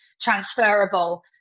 transferable